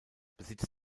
besitz